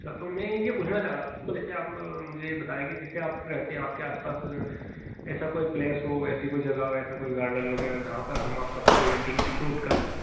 अच्छा तो मैं ये पूछना चाह रहा था जैसे आप मुझे ये बताएँ कि जैसे आप रहते हैं आपके आस पास ऐसा कोई प्लेस हो ऐसी कोई जगह हो ऐसा कोई गार्डन वगैरह जहाँ पर हम आपका प्रीवेडिंग शूट कर लें